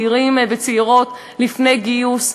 צעירים וצעירות לפני גיוס,